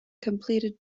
completed